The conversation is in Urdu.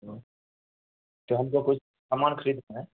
تو ہم کو کچھ سامان خریدنا ہے